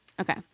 okay